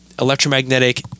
electromagnetic